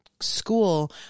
school